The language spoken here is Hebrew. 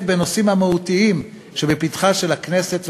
בנושאים המהותיים העומדים לפתחן של הכנסת והממשלה,